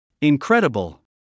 Incredible